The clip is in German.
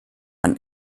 ein